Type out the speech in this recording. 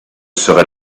serai